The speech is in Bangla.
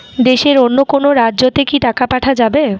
দেশের অন্য কোনো রাজ্য তে কি টাকা পাঠা যাবে?